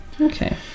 Okay